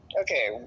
Okay